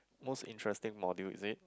most interesting module insist